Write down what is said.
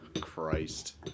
Christ